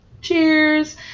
cheers